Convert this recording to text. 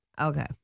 okay